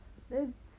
then